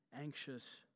anxious